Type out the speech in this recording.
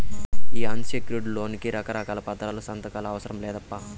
ఈ unsecured loan కి రకారకాల పత్రాలు, సంతకాలే అవసరం లేదప్పా